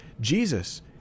Jesus